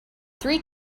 three